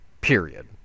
Period